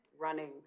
running